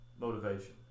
motivation